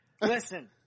Listen